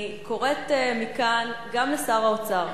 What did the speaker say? אני קוראת מכאן גם לשר האוצר